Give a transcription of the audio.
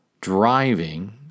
driving